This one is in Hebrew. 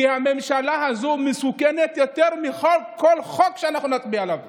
כי הממשלה הזו מסוכנת יותר מכל חוק שאנחנו נצביע עליו פה.